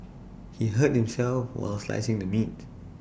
he hurt himself while slicing the meat